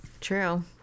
True